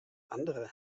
andere